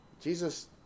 Jesus